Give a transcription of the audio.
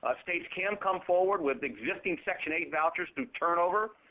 ah states can come forward with existing section eight vouchers through turnover,